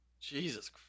Jesus